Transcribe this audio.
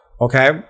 okay